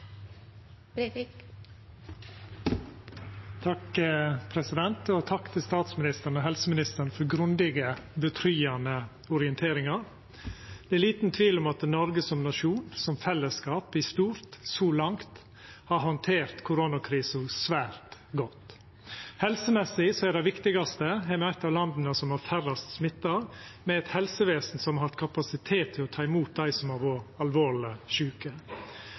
Takk til statsministeren og helseministeren for grundige og tryggande orienteringar. Det er liten tvil om at Noreg som nasjon og fellesskap i stort så langt har handtert koronakrisa svært godt. Helsemessig, som er det viktigaste, er me eitt av landa som har færrast smitta, med eit helsevesen som har hatt kapasitet til å ta imot dei som har vore alvorleg sjuke.